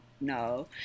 no